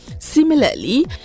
Similarly